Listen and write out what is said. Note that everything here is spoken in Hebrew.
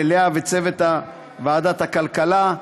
ללאה ולצוות ועדת הכלכלה.